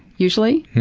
usually,